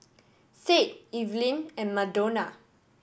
Sade Evelyn and Madonna